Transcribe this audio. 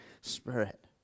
Spirit